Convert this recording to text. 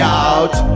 out